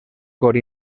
cor